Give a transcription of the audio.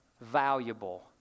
valuable